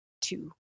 two